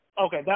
Okay